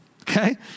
okay